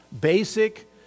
Basic